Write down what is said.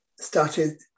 started